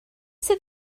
sydd